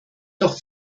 doch